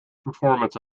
performance